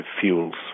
fuels